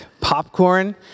popcorn